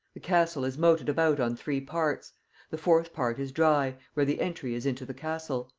the castle is moted about on three parts the fourth part is dry, where the entry is into the castle.